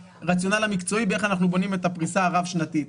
הרציונל המקצועי באיך אנחנו בונים את הפריסה הרב שנתית.